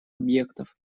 объектов